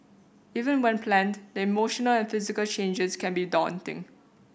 even when planned the emotional and physical changes can be daunting